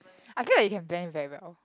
I feel like you can blend in very well